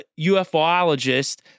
UFOologist